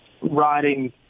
riding